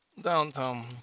downtown